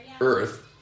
earth